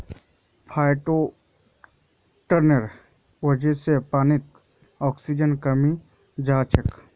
फाइटोप्लांकटनेर वजह से पानीत ऑक्सीजनेर कमी हैं जाछेक